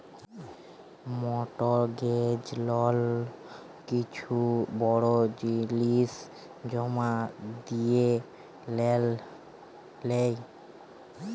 mortgage লল কিছু বড় জিলিস জমা দিঁয়ে লেই